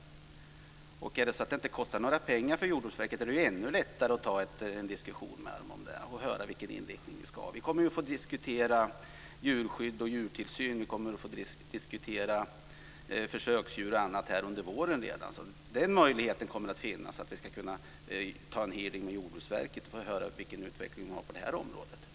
Är det så att det inte kostar några pengar för Jordbruksverket är det ännu lättare att ta en diskussion och höra vilken inriktning vi ska ha. Vi kommer att få diskutera djurskydd, djurtillsyn, försöksdjur och annat redan under våren. Det kommer att finnas en möjlighet att ha en hearing med Jordbruksverket för att höra vilken utveckling vi har på området.